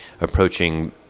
approaching